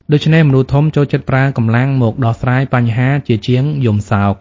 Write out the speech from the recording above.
ដូច្នេះមនុស្សធំចូលចិត្តប្រើកម្លាំងមកដោះស្រាយបញ្ហាជាជាងយំសោក។